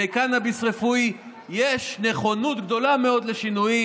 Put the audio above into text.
בקנביס רפואי יש נכונות גדולה מאוד לשינויים.